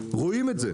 רואים את זה.